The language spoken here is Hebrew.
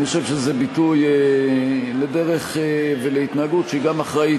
אני חושב שזה ביטוי לדרך ולהתנהגות שהיא גם אחראית,